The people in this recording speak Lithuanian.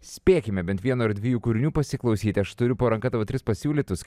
spėkime bent vieno ar dviejų kūrinių pasiklausyti aš turiu po ranka tavo tris pasiūlytus